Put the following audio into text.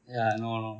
ya no no